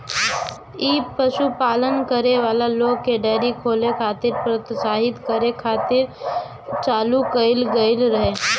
इ पशुपालन करे वाला लोग के डेयरी खोले खातिर प्रोत्साहित करे खातिर चालू कईल गईल रहे